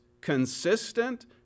consistent